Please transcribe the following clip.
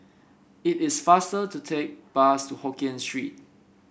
it is faster to take the bus to Hokien Street